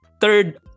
third